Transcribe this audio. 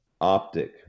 optic